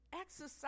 exercise